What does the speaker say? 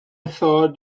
thought